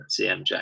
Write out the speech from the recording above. CMJ